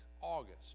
August